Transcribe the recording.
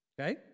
okay